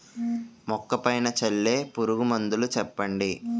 మొక్క పైన చల్లే పురుగు మందులు చెప్పండి?